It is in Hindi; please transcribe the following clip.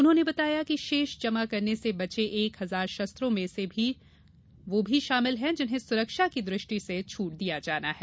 उन्होंने बताया कि शेष जमा करने से बचे एक हजार शस्त्रों में वे भी शामिल है जिन्हें सुरक्षा की दृष्टि से छट दिया जाना है